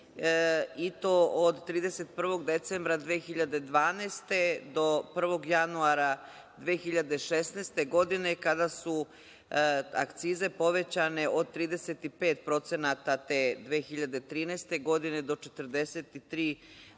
i to od 31. decembra 2012. do 1. januara 2016. godine, kada su akcize povećane od 35% te 2013. godine do 43% ove